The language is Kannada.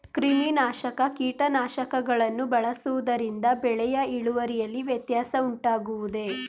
ಕ್ರಿಮಿನಾಶಕ ಕೀಟನಾಶಕಗಳನ್ನು ಬಳಸುವುದರಿಂದ ಬೆಳೆಯ ಇಳುವರಿಯಲ್ಲಿ ವ್ಯತ್ಯಾಸ ಉಂಟಾಗುವುದೇ?